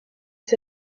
les